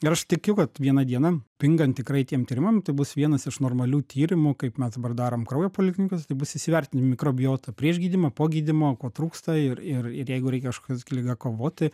ir aš tikiu kad vieną dieną pingant tikrai tiem tyrimam tai bus vienas iš normalių tyrimų kaip mes dabar darom kraujo poliklinikose tai bus įsivertinimai mikrobiotą prieš gydymą po gydymo ko trūksta ir ir ir jeigu reikia kažkokia liga kovoti